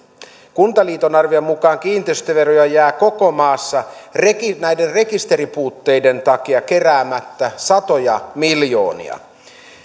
kuntaliiton arvion mukaan kiinteistöveroja jää koko maassa näiden rekisteripuutteiden takia keräämättä satoja miljoonia